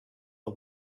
the